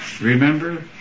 Remember